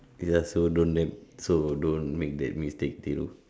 ya so don't them so don't make that mistake till